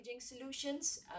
solutions